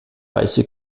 weiche